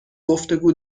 گفتگو